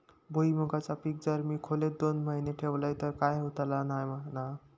भुईमूगाचा पीक जर मी खोलेत दोन महिने ठेवलंय तर काय होतला नाय ना?